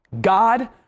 God